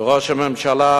וראש הממשלה,